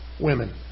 women